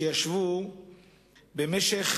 שישבו במשך